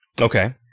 Okay